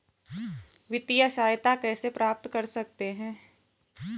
वित्तिय सहायता कैसे प्राप्त कर सकते हैं?